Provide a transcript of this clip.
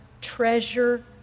treasure